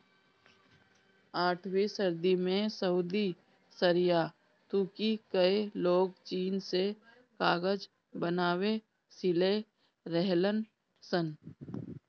आठवीं सदी में सऊदी, सीरिया, तुर्की कअ लोग चीन से कागज बनावे सिले रहलन सन